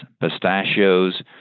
pistachios